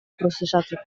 prozesatzeko